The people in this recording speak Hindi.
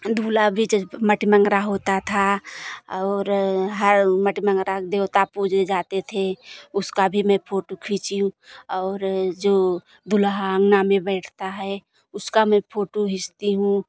धुला भी जे मटीमंगरा होता था और हओ मटीमंगरा देवता पूजे जाते थे उसकी भी मैं फोटो खींची ऊँ और जो दुल्हा अंगन में बैठता है उसकी मैं फोटो खींचती हूँ